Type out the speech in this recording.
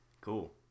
Cool